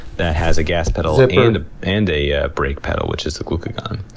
that has a gas pedal and and a a brake pedal, which is the glucagon.